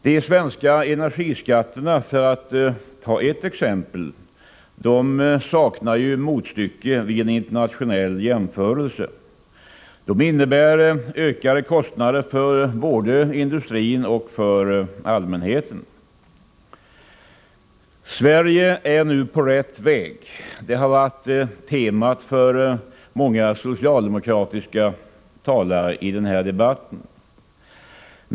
De svenska energiskatterna, för att ta ett exempel, saknar motstycke vid en internationell jämförelse. De innebär ökade kostnader både för industrin och för allmänheten. Sverige är nu på rätt väg — det har varit temat för många socialdemokratiska talare i den här debatten.